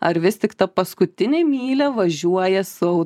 ar vis tik tą paskutinę mylią važiuoja su